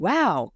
Wow